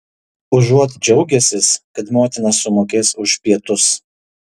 užuot džiaugęsis kad motina sumokės už pietus